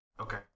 Okay